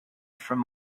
from